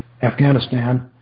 Afghanistan